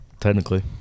technically